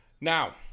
now